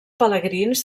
pelegrins